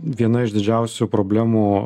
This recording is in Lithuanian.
viena iš didžiausių problemų